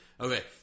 Okay